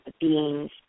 beings